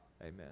Amen